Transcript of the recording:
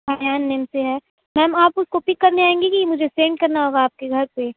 Ayan name سے ہے ma'am آپ اس کو پک کرنے آئیں گی کہ مجھے سینڈ کرنا ہوگا آپ کے گھر پہ